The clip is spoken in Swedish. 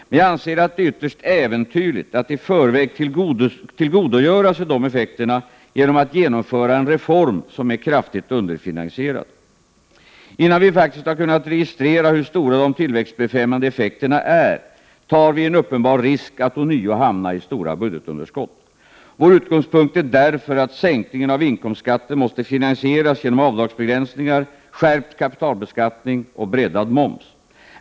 Men jag anser att det är ytterst äventyrligt att i förväg tillgodogöra sig dessa effekter genom att genomföra en reform som är kraftigt underfinansierad. Innan vi faktiskt har kunnat registrera hur stora de tillväxtbefrämjande effekterna är, tar vi en uppenbar risk att ånyo hamna i stora budgetunderskott. Vår utgångspunkt är därför att sänkningen av inkomstskatten måste finansieras genom avdragsbegränsningar, skärpt kapitalbeskattning och breddad moms.